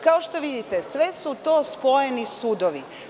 Kao što vidite, sve su to spojeni sudovi.